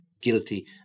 guilty